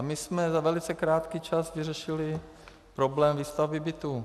My jsme za velice krátký čas vyřešili problém výstavby bytů.